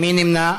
מי נמנע?